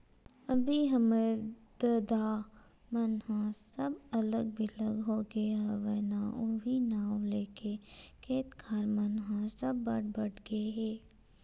अभी हमर ददा मन ह सब अलग बिलग होगे हवय ना उहीं नांव लेके खेत खार मन ह सब बट बट गे हे